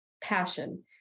passion